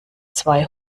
zwei